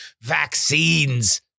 vaccines